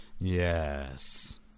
yes